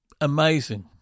amazing